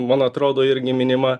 man atrodo irgi minima